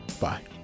Bye